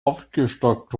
aufgestockt